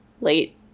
late